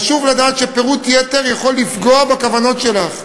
חשוב לדעת שפירוט יתר עלול לפגוע בכוונות שלך,